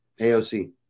AOC